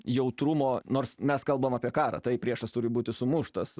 jautrumo nors mes kalbam apie karą tai priešas turi būti sumuštas